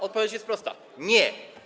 Odpowiedź jest prosta: nie.